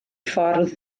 ffordd